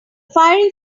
fiery